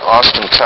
Austin